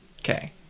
Okay